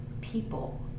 people